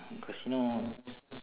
casino